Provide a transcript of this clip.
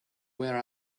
where